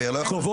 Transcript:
טוב.